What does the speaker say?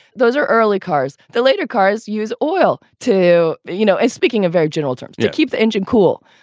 those are early cars. the later cars use oil, too. you know, and speaking a very general terms, you keep the engine cool.